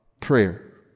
prayer